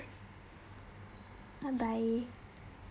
bye bye